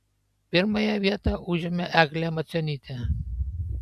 pirmąją vietą užėmė eglė macionytė